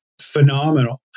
phenomenal